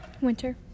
Winter